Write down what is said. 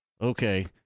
okay